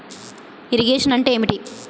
Irrigation అంటే ఏంటీ?